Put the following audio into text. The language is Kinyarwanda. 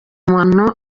umuntu